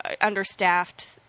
understaffed